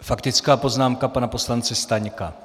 Faktická poznámka pana poslance Staňka.